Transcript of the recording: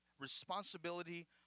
responsibility